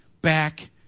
back